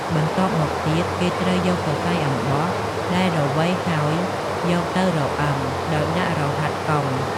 បន្ទាប់មកទៀតគេត្រូវយកសសៃអំបោះដែលរវៃហើយយកទៅរង្វឹងដោយដាក់រហាត់កុង។